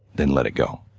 then let it go.